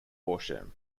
horsham